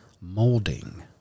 molding